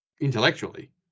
intellectually